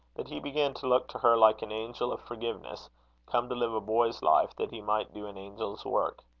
that he began to look to her like an angel of forgiveness come to live a boy's life, that he might do an angel's work.